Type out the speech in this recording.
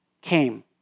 came